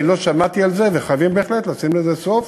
אני לא שמעתי על זה, וחייבים בהחלט לשים לזה סוף,